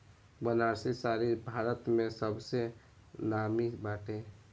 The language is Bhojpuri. बनारसी साड़ी भारत में सबसे नामी बाटे